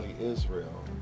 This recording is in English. Israel